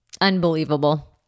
Unbelievable